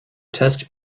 test